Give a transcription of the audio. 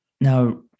now